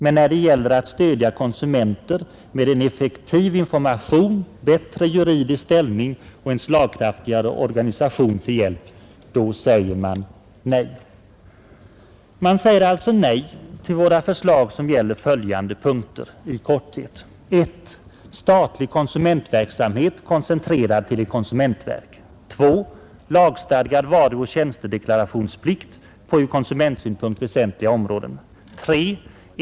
Men när det gäller att stödja konsumenter med effektiv information, bättre juridisk ställning och en slagkraftigare organisation till hjälp, då säger man nej. Man säger alltså nej till våra förslag, som i korthet gäller följande: 3.